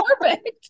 perfect